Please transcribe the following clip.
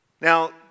Now